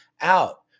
out